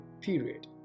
period